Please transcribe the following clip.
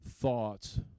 thoughts